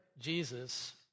Jesus